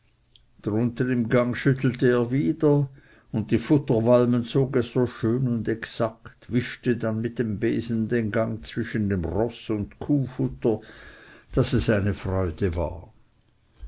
drunten im gang schüttelte er wieder und die futterwalmen zog er so schön und exakt wischte dann mit dem besen den gang zwischen dem roß und kuhfutter daß es eine freude war